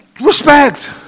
respect